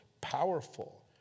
powerful